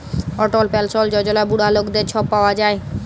অটল পেলসল যজলা বুড়া লকদের ছব পাউয়া যায়